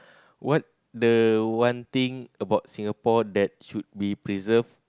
what the one thing about Singapore that should be preserved